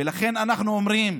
ולכן אנחנו אומרים,